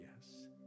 yes